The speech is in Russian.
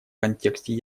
контексте